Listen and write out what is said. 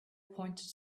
pointed